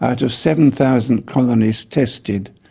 out of seven thousand colonies tested,